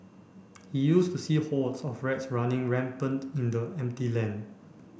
he used to see hordes of rats running rampant in the empty land